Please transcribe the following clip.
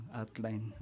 outline